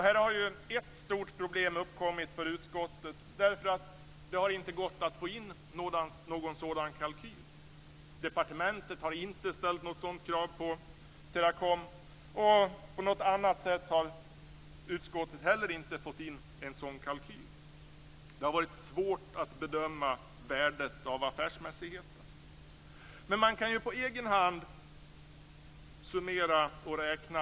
Här har ett stort problem uppkommit för utskottet, därför att det inte har gått att få in någon sådan kalkyl. Departementet har inte ställt något sådant krav på Teracom och på något annat sätt har utskottet heller inte fått in en sådan kalkyl. Det har varit svårt att bedöma värdet av affärsmässigheten. Men man kan ju på egen hand summera och räkna.